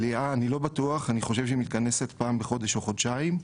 אני חושב שהיא מתכנסת פעם בחודשיים.